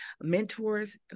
mentors